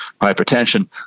hypertension